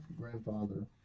grandfather